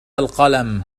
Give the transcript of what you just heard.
القلم